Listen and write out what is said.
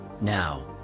Now